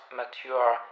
mature